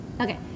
okay